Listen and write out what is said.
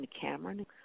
Cameron